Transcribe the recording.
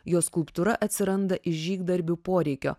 jo skulptūra atsiranda iš žygdarbių poreikio